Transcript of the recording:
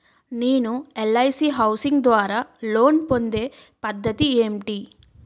నేను LIC housing ద్వారా loan పొందే పద్ధతి ఏంటి?